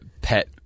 pet